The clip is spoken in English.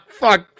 fuck